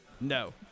No